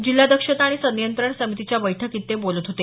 जिल्हा दक्षता आणि संनियंत्रण समितीच्या बैठकीत ते बोलत होते